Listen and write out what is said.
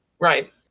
Right